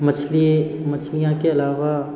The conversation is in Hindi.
मछली मछलियाँ के अलावा